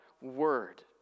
word